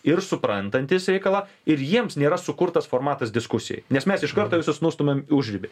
ir suprantantys reikalą ir jiems nėra sukurtas formatas diskusijai nes mes iš karto visus nustumiam į užribį